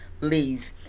leaves